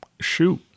Shoot